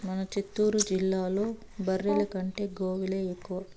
మన చిత్తూరు జిల్లాలో బర్రెల కంటే గోవులే ఎక్కువ